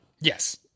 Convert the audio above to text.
yes